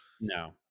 no